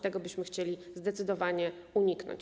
Tego byśmy chcieli zdecydowanie uniknąć.